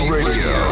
Radio